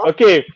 Okay